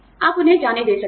आप उन्हें जाने दे सकते हैं